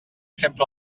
sempre